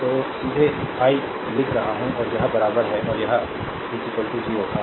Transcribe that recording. तो सीधे आई लिख रहा हूं और यह बराबर है और यह 0 आह